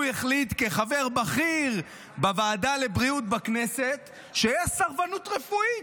הוא החליט כחבר בכיר בוועדה לבריאות בכנסת שיש סרבנות רפואית.